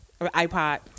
iPod